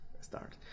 start